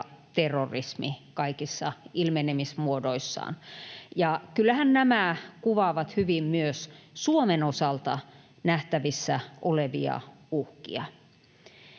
terrorismi kaikissa ilmenemismuodoissaan, ja kyllähän nämä kuvaavat hyvin myös Suomen osalta nähtävissä olevia uhkia.